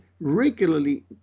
regularly